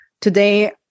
today